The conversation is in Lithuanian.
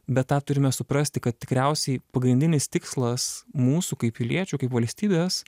bet tą turime suprasti kad tikriausiai pagrindinis tikslas mūsų kaip piliečių kaip valstybės